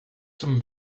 some